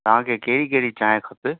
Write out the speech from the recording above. तव्हांखे कहिड़ी कहिड़ी चांहि खपे